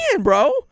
bro